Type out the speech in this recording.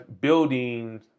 building